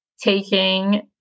taking